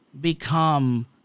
become